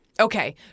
Okay